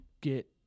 get –